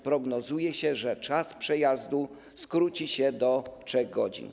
Prognozuje się, że czas przejazdu skróci się do 3 godzin.